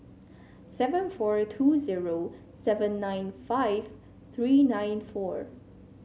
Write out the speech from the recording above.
seven four two zero seven nine five three nine four